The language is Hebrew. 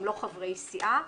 הם לא חברי סיעה.